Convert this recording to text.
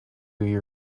you